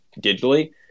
digitally